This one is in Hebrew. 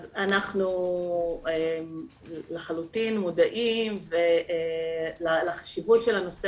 אנחנו לחלוטין מודעים לחשיבות של הנושא